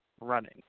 running